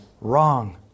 Wrong